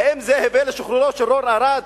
האם זה הביא לשחרורו של רון ארד?